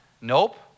Nope